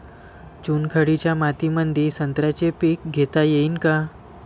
चुनखडीच्या मातीमंदी संत्र्याचे पीक घेता येईन का?